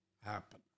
happen